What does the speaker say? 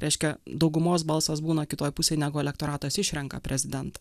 reiškia daugumos balsas būna kitoj pusėj negu elektoratas išrenka prezidentą